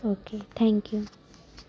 okay thank you